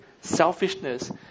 selfishness